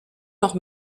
noch